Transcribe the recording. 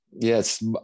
yes